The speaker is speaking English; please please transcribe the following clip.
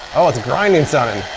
oh it's grinding sounding.